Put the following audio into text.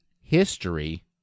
history